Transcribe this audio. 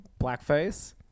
blackface